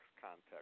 context